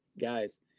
guys